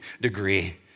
degree